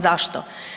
Zašto?